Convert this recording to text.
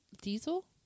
diesel